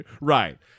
right